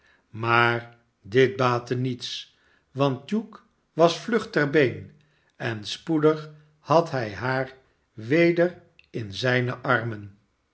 maar dit baatte niets want hugh was vlug ter been en spoedig had hij haar weder in zijne armen